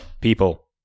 People